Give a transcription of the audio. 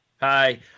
Hi